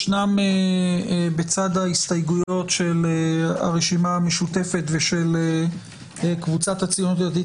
ישנן בצד ההסתייגויות של הרשימה המשותפת ושל קבוצת הציונות הדתית,